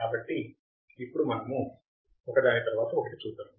కాబట్టి ఇప్పుడు మనము ఒక దాని తర్వాత ఒకటి చూద్దాము